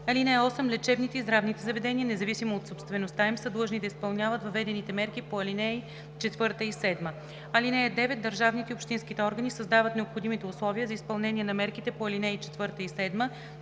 място. (8) Лечебните и здравните заведения, независимо от собствеността им, са длъжни да изпълняват въведените мерки по ал. 4 и 7. (9) Държавните и общинските органи създават необходимите условия за изпълнение на мерките по ал. 4 и 7,